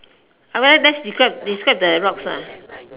however let's describe let's describe the rocks lah